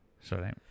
Sorry